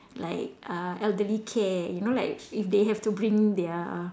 like uh elderly care you know like if they have to bring their